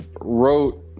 wrote